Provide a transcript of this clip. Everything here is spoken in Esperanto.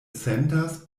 sentas